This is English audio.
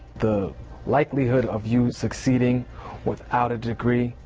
the likelihood of you succeeding without a degree,